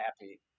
happy